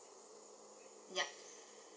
yup